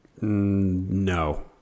No